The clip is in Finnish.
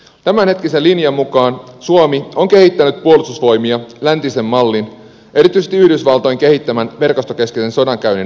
tämänhetkisen linjan mukaan suomi on kehittänyt puolustusvoimia läntisen mallin erityisesti yhdysvaltojen kehittämän verkostokeskeisen sodankäynnin oppien mukaisesti